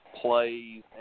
plays